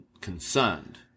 concerned